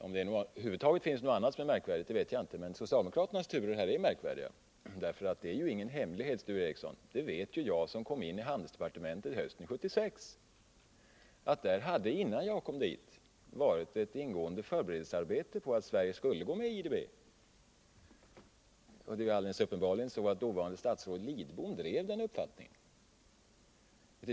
Om det över huvud taget finns något annat i detta sammanhang som är märkvärdigt vet jag inte, men socialdemokraternas turer är verkligen märkvärdiga. Det är ingen hemlighet, Sture Ericson, att det på handelsdepartementet — det vet ju jag som kom dit hösten 1976 — hade utförts ett ingående förberedelsearbete, innan jag kom dit, på att Sverige skulle gå med i IDB. Det är alldeles uppenbart att dåvarande statsrådet Lidbom drev den uppfattningen.